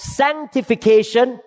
sanctification